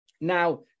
Now